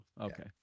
okay